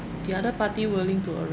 the other party willing to